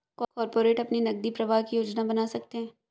corporate अपने नकदी प्रवाह की योजना बना सकते हैं